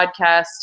podcast